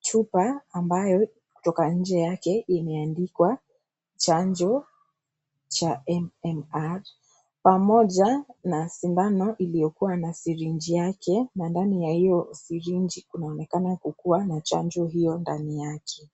chupa ambayo kutoka nje yake imeandikwa chanjo cha MMR pamoja na sindano iliyokuwa na sirinji yake na ndani ya hiyo sirinji kunaonekana kukuwa na chanjo hiyo ndani yake.